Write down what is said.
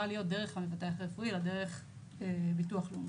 להיות לא דרך המבטח הרפואי אלא דרך ביטוח לאומי.